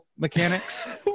mechanics